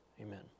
amen